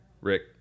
Rick